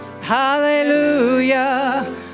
hallelujah